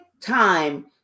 time